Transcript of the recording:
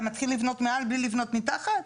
אתה מתחיל לבנות מעל בלי לבנות מתחת?